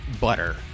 butter